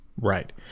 Right